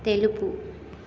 తెలుపు